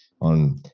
on